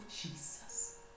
Jesus